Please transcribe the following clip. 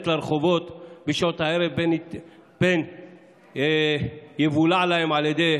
לרחובות בשעות הערב פן יבולע להם על ידי